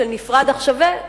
של נפרד אך שווה,